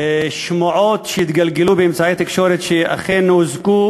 שמועות התגלגלו באמצעי התקשורת שאכן הושגו